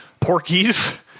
Porkies